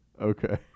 Okay